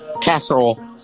Casserole